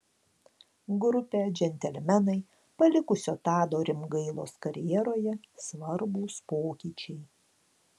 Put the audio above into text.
grupę džentelmenai palikusio tado rimgailos karjeroje svarbūs pokyčiai